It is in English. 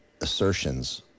assertions